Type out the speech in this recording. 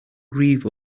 grieve